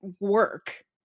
work